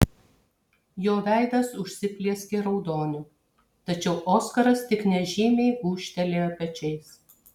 jo veidas užsiplieskė raudoniu tačiau oskaras tik nežymiai gūžtelėjo pečiais